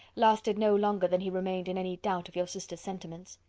lasted no longer than he remained in any doubt of your sister's sentiments.